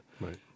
right